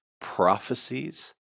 prophecies